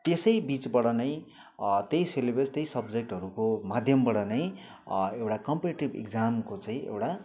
त्यसै बिचबाट नै त्यही सिलेबस त्यही सब्जेक्टहरूको माध्यमबाट नै एउटा कम्पिटेटिभ इक्जामको चाहिँ एउटा